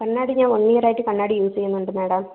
കണ്ണാടി ഞാൻ വൺ ഇയറായിട്ട് കണ്ണാടി യൂസ് ചെയ്യുന്നുണ്ട് മാഡം